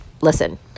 listen